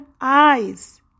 eyes